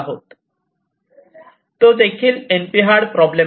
पण तोदेखील NP hard problem आहे